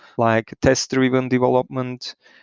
like test-driven development.